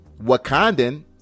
wakandan